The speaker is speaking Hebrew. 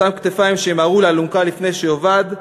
אותן כתפיים שימהרו לאלונקה לפני שיאבד,